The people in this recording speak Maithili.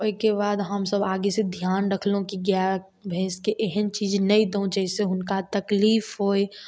ओहिके बाद हमसभ आगासॅं ध्यान रखलहुॅं कि गाय भैंसके एहन चीज नहि दी जाहिसँ हुनका तकलीफ होइ